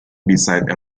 beside